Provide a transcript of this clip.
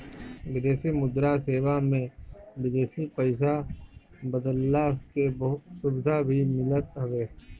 विदेशी मुद्रा सेवा में विदेशी पईसा बदलला के सुविधा भी मिलत हवे